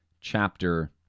chapter